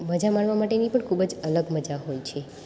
મજા માણવા માટેની પણ ખૂબ જ અલગ મજા હોય છે